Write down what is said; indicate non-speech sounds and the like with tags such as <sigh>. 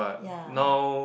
ya <noise>